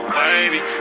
baby